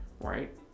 right